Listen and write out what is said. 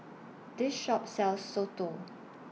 This Shop sells Soto